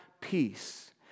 peace